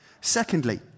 Secondly